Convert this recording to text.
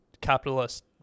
capitalist